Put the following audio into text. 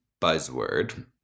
buzzword